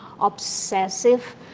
obsessive